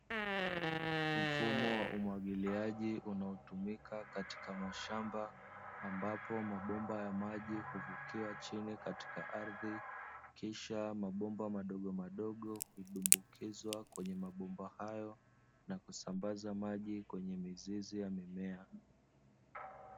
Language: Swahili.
Mfumo wa umwagiliaji unaotumika katika mashamba, ambapo mabomba ya maji hufukiwa chini katika ardhi, kisha mabomba madogomadogo hudumbukizwa kwenye mabomba hayo na kusambaza maji kwenye mizizi ya mimea.